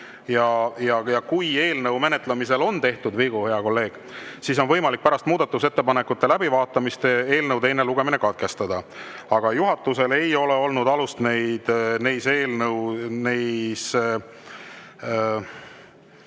Kui eelnõu menetlemisel on tehtud vigu, hea kolleeg, siis on võimalik pärast muudatusettepanekute läbivaatamist eelnõu teine lugemine katkestada. Aga juhatusel ei ole olnud alust seda eelnõu mitte